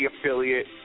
affiliate